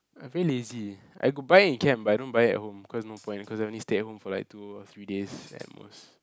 I very lazy I could buy it in camp but I don't buy it at home cause no point cause I only stay at home for like two or three days at most